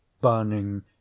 burning